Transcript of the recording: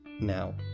now